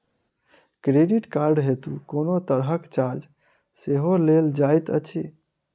Credit card हेतु कोनो तरहक चार्ज सेहो लेल जाइत अछि की?